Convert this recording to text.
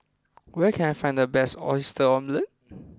where can I find the best Oyster Omelette